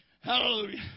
Hallelujah